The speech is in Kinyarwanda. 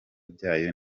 byayo